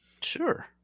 Sure